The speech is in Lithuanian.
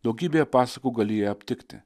daugybėje pasakų gali ją aptikti